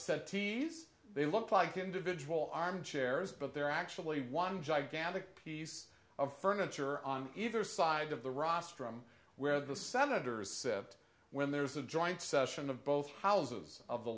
tees they look like individual armchairs but they're actually one gigantic piece of furniture on either side of the rostrum where the senators cept when there's a joint session of both houses of the